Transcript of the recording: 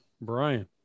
Brian